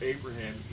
Abraham